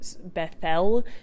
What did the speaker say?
bethel